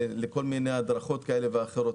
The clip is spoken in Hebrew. להדרכות כאלה ואחרות.